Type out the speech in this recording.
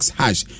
hash